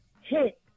hit